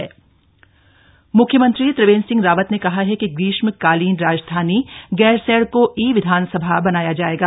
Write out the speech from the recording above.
ई विधानसभा गैरसैंण म्ख्यमंत्री त्रिवेन्द्र सिंह रावत ने कहा है कि ग्रीष्मकालीन राजधानी गैरसैंण को ई विधानसभा बनाया जायेगा